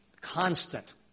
constant